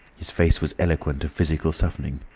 his face was eloquent of physical suffering.